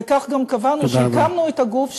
וכך גם קבענו כשהקמנו את הגוף,